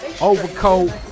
overcoat